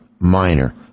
minor